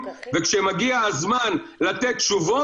וכשמגיע הזמן לתת תשובות,